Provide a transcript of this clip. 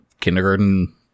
kindergarten